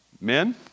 Men